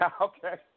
okay